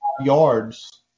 Yards